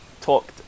talked